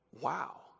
wow